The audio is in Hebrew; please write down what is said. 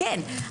כן.